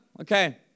Okay